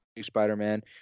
spider-man